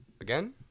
Again